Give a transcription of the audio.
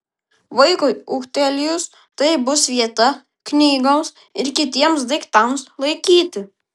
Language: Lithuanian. vaikui ūgtelėjus tai bus vieta knygoms ir kitiems daiktams laikyti